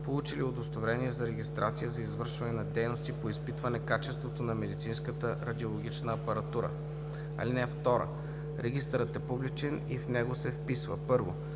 получили удостоверение за регистрация за извършване на дейности по изпитване качеството на медицинската радиологична апаратура. (2) Регистърът е публичен и в него се вписва: 1.